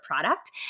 product